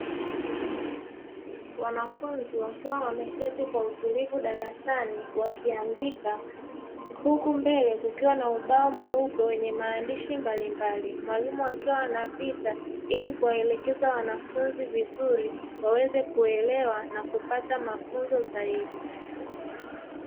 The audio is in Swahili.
Wanafunzi wakiwa wameketi kwa utulivu darasani wakiandika, huku mbele kukiwa na ubao mweupe wenye maandishi mbalimbali, mwalimu akiwa anapita ili kuwaelekeza wanafunzi vizuri waweze kuelewa na kupata mafunzo zaidi.